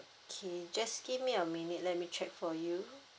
okay just give me a minute let me check for you